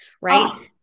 right